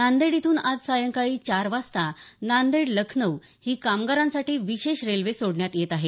नांदेड इथून आज सायंकाळी चार वाजता नांदेड लखनौ ही कामगारांसाठी विशेष रेल्वे सोडण्यात येत आहे